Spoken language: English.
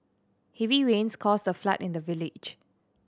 heavy rains caused a flood in the village